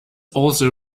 also